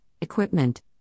equipment